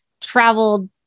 traveled